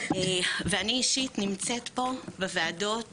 ואני אישית נמצאת פה בוועדות